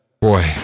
boy